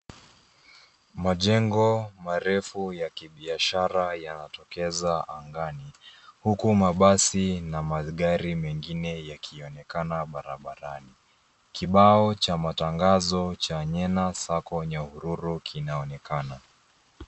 Majengo marefu ya kibiashara yanatokeza angani, huku mabasi, na magari mengine yakionekana barabarani. Kibao cha matangazo cha Nyena sacco Nyahururu kinaonekana.